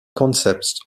concepts